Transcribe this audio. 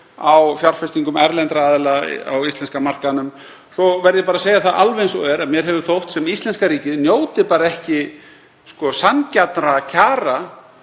á fjárfestingum erlendra aðila á íslenska markaðnum. Svo verð ég bara að segja alveg eins og er að mér hefur þótt sem íslenska ríkið njóti ekki sanngjarnra kjara,